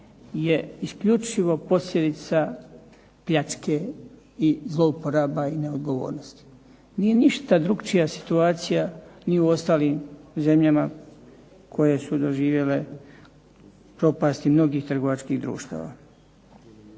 je isključivo posljedica pljačke i zlouporaba i neodgovornosti. Nije ništa drukčija situacija ni u ostalim zemljama koje su doživjele propast i mnogih trgovačkih društava.